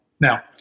Now